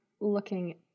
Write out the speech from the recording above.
looking